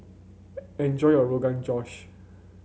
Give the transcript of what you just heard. enjoy your Rogan Josh